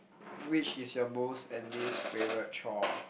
which is your most and least favourite chore